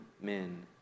men